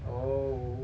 oh